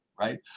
right